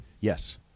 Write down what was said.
Yes